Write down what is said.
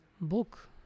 book